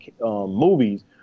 movies